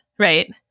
Right